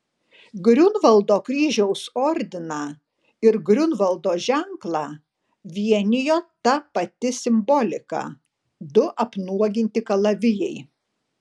griunvaldo kryžiaus ordiną ir griunvaldo ženklą vienijo ta pati simbolika du apnuoginti kalavijai